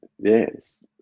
yes